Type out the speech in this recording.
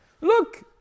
Look